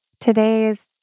today's